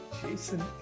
Jason